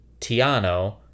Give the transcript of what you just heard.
Tiano